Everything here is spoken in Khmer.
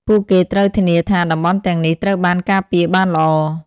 ពួកគេត្រូវធានាថា តំបន់ទាំងនេះត្រូវបានការពារបានល្អ។